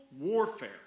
warfare